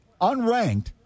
unranked